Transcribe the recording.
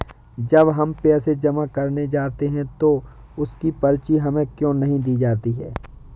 जब हम पैसे जमा करने जाते हैं तो उसकी पर्ची हमें क्यो नहीं दी जाती है?